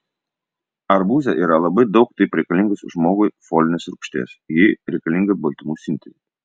arbūze yra labai daug taip reikalingos žmogui folinės rūgšties ji reikalinga baltymų sintezei